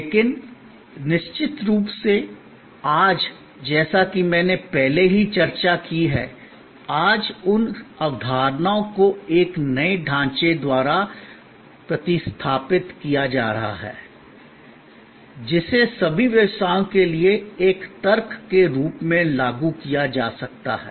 लेकिन निश्चित रूप से आज जैसा कि मैंने पहले ही चर्चा की है आज उन अवधारणाओं को एक नए ढांचे द्वारा प्रतिस्थापित किया जा रहा है जिसे सभी व्यवसायों के लिए एक तर्क के रूप में लागू किया जा सकता है